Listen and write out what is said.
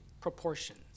proportions